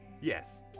Yes